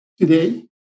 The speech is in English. today